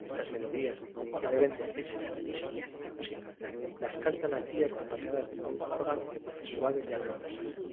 estas melodías que deben decirse al unísono y sin música las cantan aquí acompañadas por un órgano de voces suaves y armoniosas